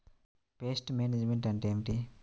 Pest management అంటే ఏమిటి?